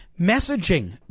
messaging